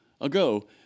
ago